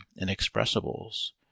inexpressibles